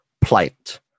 plight